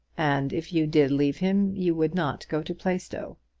and if you did leave him you would not go to plaistow.